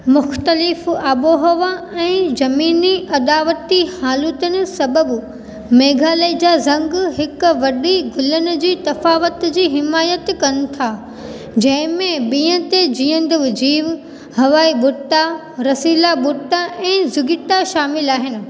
मुख़्तलिफ़ आबुहवा ऐं ज़मीनी अदावती हालतुनि सबबु मेघालय जा झंग हिकु वॾी गुलनि जी तफ़ावतु जी हिमायत कनि था जंहिंमें ॿिअं ते जीअंदो जीव हवाई बुट्टा रसीला बुट्टा ऐं झुॻिटा शामिलु आहिनि